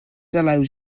allowed